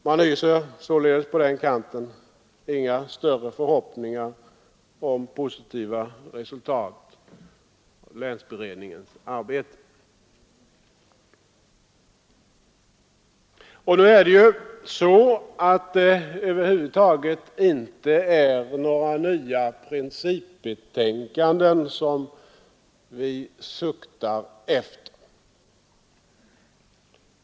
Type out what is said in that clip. Man hyser således på den kanten inga större förhoppningar om positiva resultat av länsberedningens arbete. Nu är det ju så att det över huvud taget inte är några nya principbetänkanden som vi suktar efter.